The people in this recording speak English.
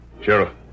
Sheriff